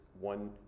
one